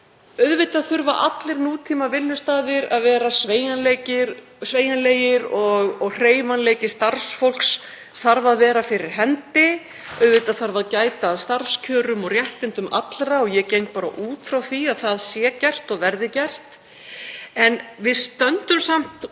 Auðvitað þurfa allir nútímavinnustaðir að vera sveigjanlegir og hreyfanleiki starfsfólks þarf að vera fyrir hendi. Auðvitað þarf að gæta að starfskjörum og réttindum allra, og ég geng bara út frá því að það sé gert og verði gert. En við stöndum samt